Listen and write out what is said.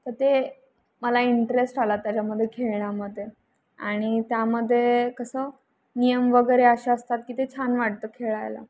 तर ते मला इंटरेस्ट आला त्याच्यामध्ये खेळण्यामध्ये आणि त्यामध्ये कसं नियम वगैरे असे असतात की ते छान वाटतं खेळायला